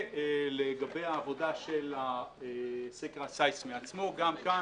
ולגבי העבודה של הסקר הסיסמי עצמו גם כאן